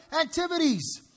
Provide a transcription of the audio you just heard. activities